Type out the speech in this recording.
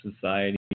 society